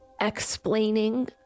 explaining